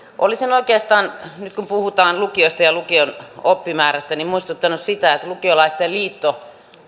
olisin oikeastaan nyt kun puhutaan lukiosta ja lukion oppimäärästä muistuttanut siitä että lukiolaisten liitto